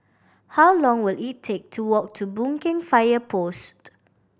how long will it take to walk to Boon Keng Fire Post